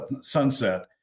sunset